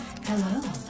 Hello